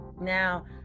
Now